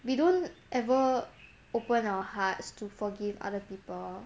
we don't ever open our hearts to forgive other people